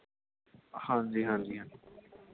ਹਾਂਜੀ ਹਾਂਜੀ ਹਾਂਜੀ